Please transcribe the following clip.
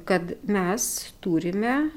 kad mes turime